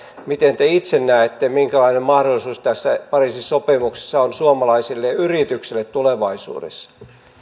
miten te itse näette minkälainen mahdollisuus tässä pariisin sopimuksessa on suomalaisille yrityksille tulevaisuudessa